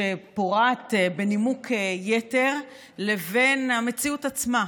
שפורט בנימוק יתר, לבין המציאות עצמה.